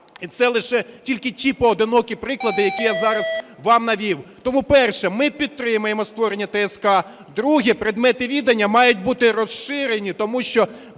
І це лише тільки ті поодинокі приклади, які я зараз вам навів. Тому, перше, ми підтримаємо створення ТСК. Друге. Предмети відання мають бути розширені, тому що